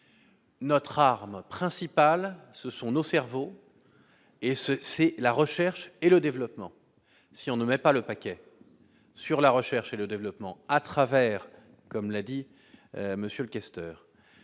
notre arme principale, ce sont nos cerveaux et ce, c'est la recherche et le développement, si on ne met pas le paquet sur la recherche et le développement à travers, comme l'a dit monsieur